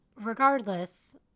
regardless